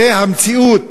זו המציאות.